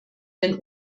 den